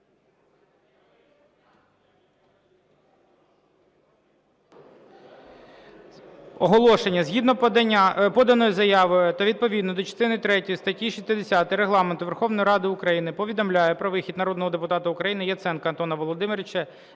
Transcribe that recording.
Оголошення. Згідно поданої заяви та відповідно до частини третьої статті 60 Регламенту Верховної Ради України повідомляю про вихід народного депутата України Яценка Антона Володимировича